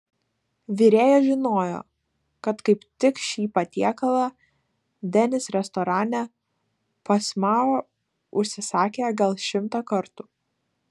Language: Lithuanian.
virėjas žinojo kad kaip tik šį patiekalą denis restorane pas mao užsisakė gal šimtą kartų